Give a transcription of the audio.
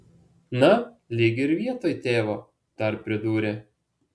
na lyg ir vietoj tėvo dar pridūrė